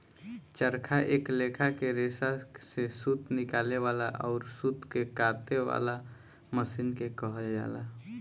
चरखा एक लेखा के रेसा से सूत निकाले वाला अउर सूत के काते वाला मशीन के कहल जाला